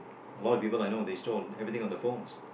a lot of people I know they store everything on the phones